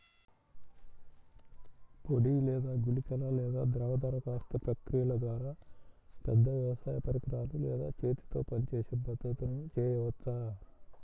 పొడి లేదా గుళికల లేదా ద్రవ దరఖాస్తు ప్రక్రియల ద్వారా, పెద్ద వ్యవసాయ పరికరాలు లేదా చేతితో పనిచేసే పద్ధతులను చేయవచ్చా?